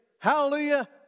Hallelujah